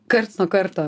karts nuo karto